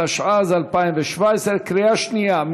התשע"ז 2017, קריאה שנייה.